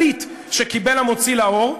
כלכלית שקיבל המוציא לאור,